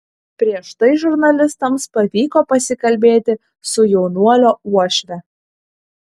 prieš tai žurnalistams pavyko pasikalbėti su jaunuolio uošve